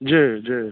जी जी